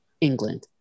England